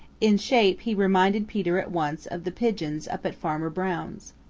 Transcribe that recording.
in shape he reminded peter at once of the pigeons up at farmer brown's.